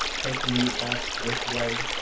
taking you off this way.